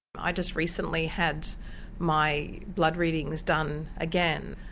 i just recently had my blood readings done again.